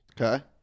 Okay